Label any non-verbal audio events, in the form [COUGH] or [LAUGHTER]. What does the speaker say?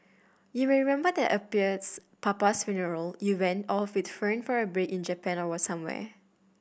you may remember that [UNINTELLIGIBLE] papa's funeral you went off with Fern for a break in Japan or somewhere